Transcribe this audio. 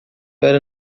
era